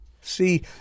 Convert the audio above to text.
See